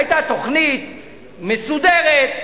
היתה תוכנית מסודרת.